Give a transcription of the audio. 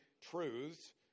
truths